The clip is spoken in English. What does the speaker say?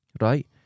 right